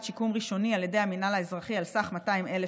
שיקום ראשוני ידי המינהל האזרחי על סך 200,000